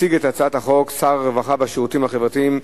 יציג את הצעת החוק שר הרווחה והשירותים החברתיים,